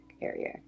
area